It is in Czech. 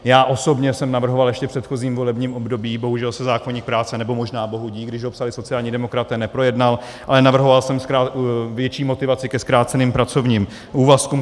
Já osobně jsem navrhoval ještě v předchozím volebním období bohužel se zákoník práce, nebo možná bohudík, když ho psali sociální demokraté, neprojednal ale navrhoval jsem větší motivaci ke zkráceným pracovním úvazkům.